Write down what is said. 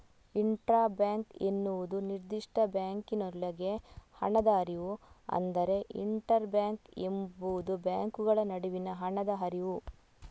intra bank ಎಂಬುದು ನಿರ್ದಿಷ್ಟ ಬ್ಯಾಂಕಿನೊಳಗೆ ಹಣದ ಹರಿವು, ಆದರೆ ಇಂಟರ್ ಬ್ಯಾಂಕ್ ಎಂಬುದು ಬ್ಯಾಂಕುಗಳ ನಡುವಿನ ಹಣದ ಹರಿವು